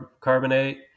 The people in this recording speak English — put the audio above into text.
carbonate